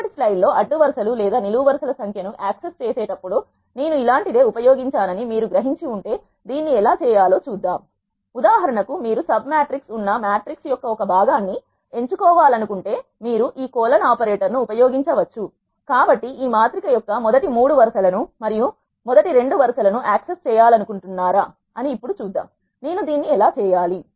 మునుపటి స్లైడ్ లో అడ్డు వరుస లు లేదా నిలువు వరుస ల సంఖ్య ను యాక్సెస్ చేసేటప్పుడు నేను ఇలాంటి దే ఉపయోగించానని మీరు గ్రహించి ఉంటే దీన్ని ఎలా చేయాలో చూద్దాం ఉదాహరణకు మీరు సబ్ మ్యాట్రిక్స్ ఉన్న మ్యాట్రిక్స్ యొక్క ఒక భాగాన్ని ఎంచుకోవాలనుకుంటే మీరు ఈ కోలన్ ఆపరేటర్ ను ఉపయోగించవచ్చు కాబట్టి ఈ మాత్రిక యొక్క మొదటి 3 వరుస లను మరియు మొదటి 2 నిలువు వరుస లను యాక్సెస్ చేయాలనుకుంటున్నారా అని ఇప్పుడు చూద్దాం నేను దీన్ని ఎలా చేయాలి